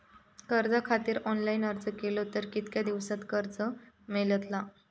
कर्जा खातीत ऑनलाईन अर्ज केलो तर कितक्या दिवसात कर्ज मेलतला?